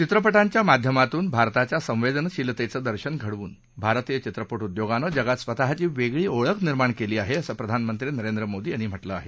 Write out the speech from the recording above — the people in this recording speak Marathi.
चित्रपटांच्या माध्यमातून भारताच्या संवेदनशीलतेचं दर्शन घडवून भारतीय चित्रपट उद्योगानं जगात स्वतःची वेगळी ओळख निर्माण केली आहे असं प्रधानमंत्री नरेंद्र मोदी यांनी म्हटलं आहे